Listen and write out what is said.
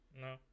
No